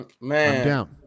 man